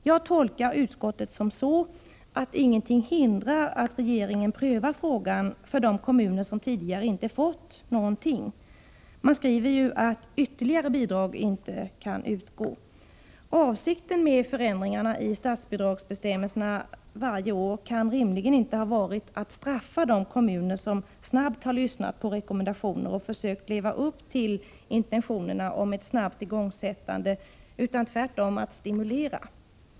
Jag tolkar utskottet så, att ingenting hindrar att regeringen prövar frågan för de kommuner som tidigare inte fått något bidrag alls. Utskottet skriver ju att ”ytterligare” bidrag inte kan utgå. Avsikten med förändringarna i statsbidragsbestämmelserna varje år kan rimligen inte ha varit att straffa de kommuner som genast lyssnat på rekommendationer och försökt leva upp till intentionerna om ett snabbt igångsättande, utan tvärtom måste avsikten vara att stimulera dessa kommuner.